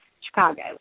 Chicago